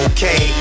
Okay